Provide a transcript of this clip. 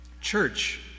church